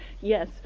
Yes